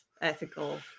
ethical